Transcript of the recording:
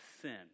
sin